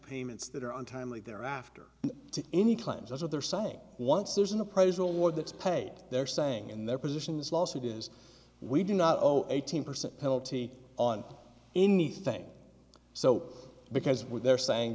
payments that are untimely thereafter to any claims that's what they're saying once there's an appraisal award that's paid they're saying in their positions also it is we do not owe eighteen percent penalty on anything so because they're saying